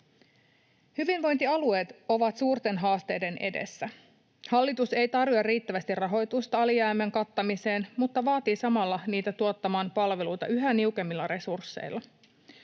Hyvinvointialueet ovat suurten haasteiden edessä. Hallitus ei tarjoa riittävästi rahoitusta alijäämän kattamiseen mutta vaatii samalla niitä tuottamaan palveluita yhä niukemmilla resursseilla.